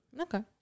Okay